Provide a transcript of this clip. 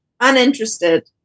Uninterested